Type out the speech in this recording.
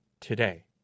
today